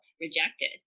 rejected